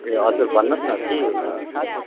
ए हजुर भन्नु होस् न के थियो होला